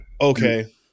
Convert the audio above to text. Okay